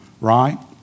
right